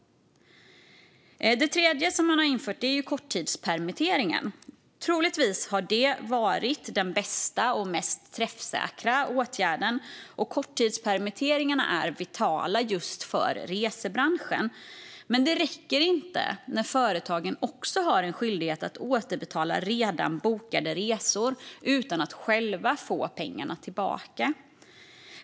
Det tredje som regeringen har infört är korttidspermitteringen. Troligtvis har detta varit den bästa och mest träffsäkra åtgärden. Korttidspermitteringarna är vitala för just resebranschen, men det räcker inte när företagen också har en skyldighet att återbetala redan bokade resor utan att själva få pengarna tillbaka.